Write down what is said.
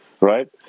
right